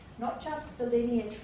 not just the linear,